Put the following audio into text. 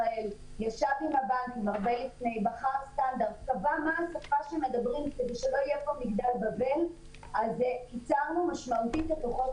לא רואים דברים חד-משמעיים אז אנחנו לא באים פה לספר סיפור